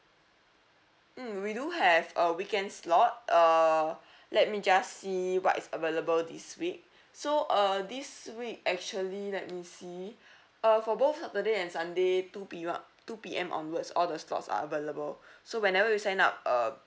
mm we do have a weekend slot err let me just see what is available this week so uh this week actually let me see uh for both saturday and sunday two P_M two P_M onwards all the slots are available so whenever you sign up uh